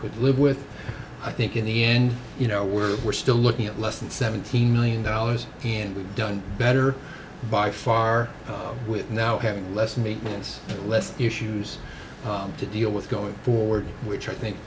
could live with i think in the end you know we're we're still looking at less than seventeen million dollars and we've done better by far with now having less maintenance less issues to deal with going forward which i think